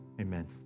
Amen